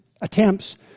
attempts